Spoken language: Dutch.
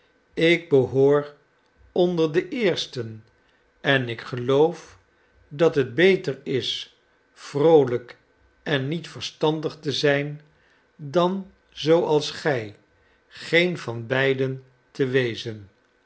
ik behoor onder de eersten en ik geloof dat het beter is vroolijk en niet verstandig te zijn dan zooals gij geen van beiden te wezen